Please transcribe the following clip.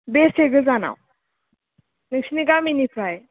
बेसे गोजानाव नोंसिनि गामिनिफ्राइ